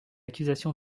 accusation